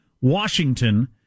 Washington